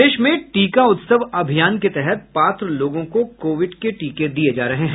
प्रदेश में टीका उत्सव अभियान के तहत पात्र लोगों को कोविड के टीके दिये जा रहे हैं